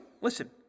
Listen